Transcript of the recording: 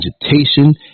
agitation